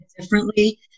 differently